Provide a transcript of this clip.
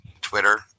Twitter